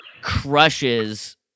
crushes